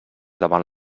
davant